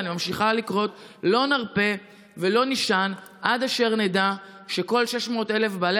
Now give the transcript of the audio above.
ואני ממשיכה לקרוא: לא נרפה ולא נישן עד אשר נדע שכל 600,000 בעלי